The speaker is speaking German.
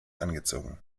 angezogen